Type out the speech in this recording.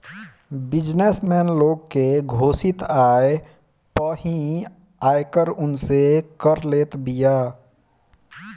business man लोग के घोषित आय पअ ही आयकर उनसे कर लेत बिया